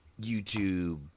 YouTube